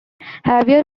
heavier